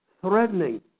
threatening